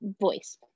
voice